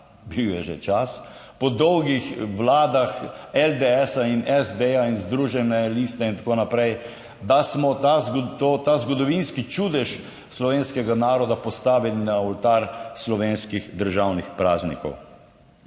bil je že čas po dolgih vladah LDS in SD in Združene liste in tako naprej, da smo ta zgodovinski čudež slovenskega naroda postavili na oltar slovenskih državnih praznikov.